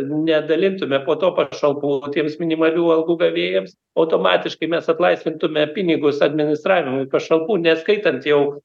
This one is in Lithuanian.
nedalintume po to pašalpų tiems minimalių algų gavėjams automatiškai mes atlaisvintume pinigus administravimui pašalpų neskaitant jau